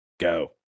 Go